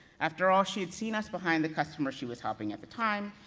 after all, she had seen us behind the customer she was helping at the time,